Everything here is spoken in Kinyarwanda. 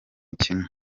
kimwe